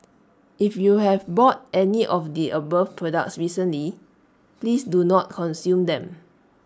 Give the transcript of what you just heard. if you have bought any of the above products recently please do not consume them